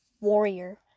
Warrior